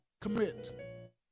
Commit